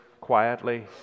quietly